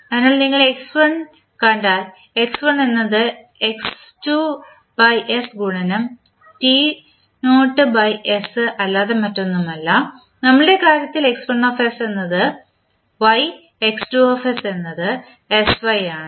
അതിനാൽ നിങ്ങൾ x1 കണ്ടാൽ x1 എന്നത് അല്ലാതെ മറ്റൊന്നുമല്ല നമ്മുടെ കാര്യത്തിൽ x1s എന്നത് y x2s എന്നത് sy ആണ്